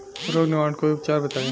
रोग निवारन कोई उपचार बताई?